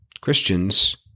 Christians